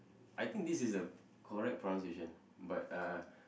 I think this is the correct pronunciation but uh